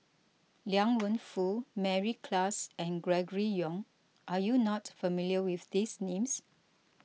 Liang Wenfu Mary Klass and Gregory Yong are you not familiar with these names